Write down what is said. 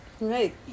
Right